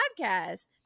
podcast